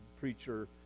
preacher